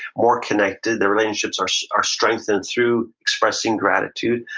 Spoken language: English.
more connected. their relationships are are strengthened through expressing gratitude,